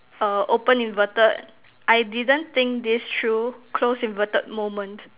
err open inverted I didn't think this through close inverted moment